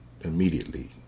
immediately